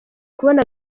kubona